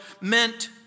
meant